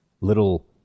little